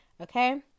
Okay